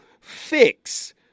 fix